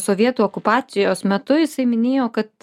sovietų okupacijos metu jisai minėjo kad